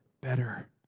better